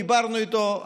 דיברנו איתו,